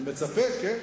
אני מצפה, כן.